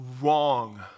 wrong